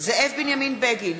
זאב בנימין בגין,